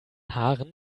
haaren